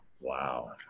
Wow